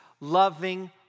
loving